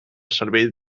servei